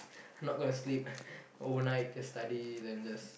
not gonna sleep overnight just study then just